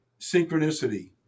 synchronicity